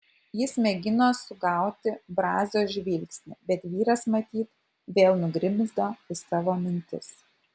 jis mėgino sugauti brazio žvilgsnį bet vyras matyt vėl nugrimzdo į savo mintis